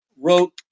wrote